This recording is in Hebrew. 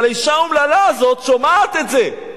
אבל האשה האומללה הזאת שומעת את זה,